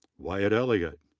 wyatt elliott,